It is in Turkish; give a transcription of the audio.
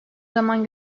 zaman